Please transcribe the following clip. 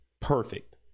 perfect